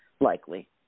likely